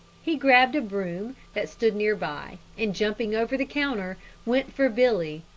he grabbed a broom that stood near by and jumping over the counter went for billy,